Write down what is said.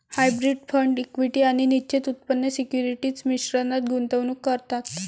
hybrid fund equity आणि निश्चित उत्पन्न सिक्युरिटीज मिश्रणात गुंतवणूक करतात